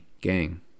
gang